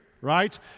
right